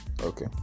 Okay